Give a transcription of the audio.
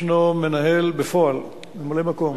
ישנו מנהל בפועל, ממלא-מקום,